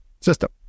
system